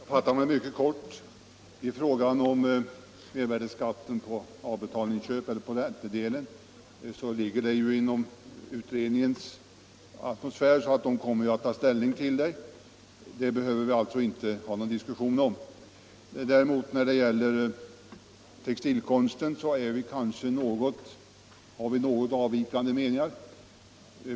Herr talman! Jag skall fatta mig mycket kort. Mervärdeskatt på räntor i samband med avbetalningsköp ligger inom mervärdeskatteutredningens ämnesområde, så utredningen kommer att ta ställning till frågan. Den saken behöver vi alltså inte nu föra någon diskussion om. När det gäller textilkonsten har vi kanske något avvikande meningar.